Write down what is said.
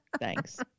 Thanks